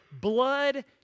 blood